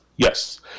Yes